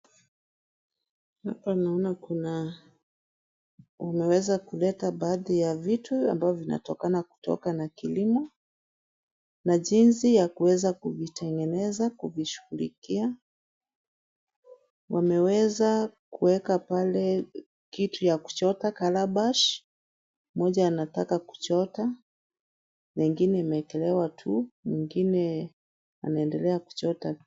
Hapa naona wameweza kuleta baadhi ya vitu ambavyo vinatokana kutoka na kilimo na jinsi ya kuweza kuvitengeneza kuvishughulikia. Wameweza kuweka pale kitu ya kuchota calabash . Mmoja anataka kuchota, mengine imewekelewa tu, mwingine anaendelea kuchota.